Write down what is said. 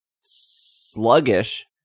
sluggish